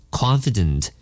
confident